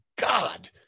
God